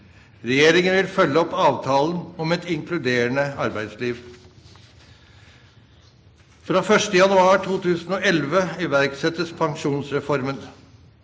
Regjeringen vil følge opp avtalen om et inkluderende arbeidsliv. Fra 1. januar 2011 iverksettes Pensjonsreformen.